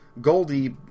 Goldie